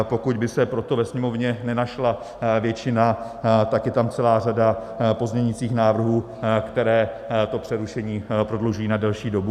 Pokud by se pro to ve Sněmovně nenašla většina, tak je tam celá řada pozměňovacích návrhů, které to přerušení prodlužují na delší dobu.